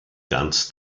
ganz